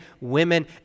women